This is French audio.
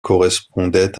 correspondait